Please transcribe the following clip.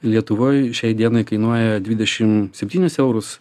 lietuvoj šiai dienai kainuoja dvidešim septynis eurus